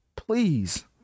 please